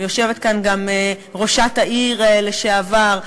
יושבת כאן גם ראשת העיר לשעבר,